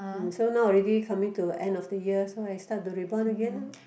hm so now already coming to end of the year so I start to reborn again orh